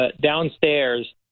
downstairs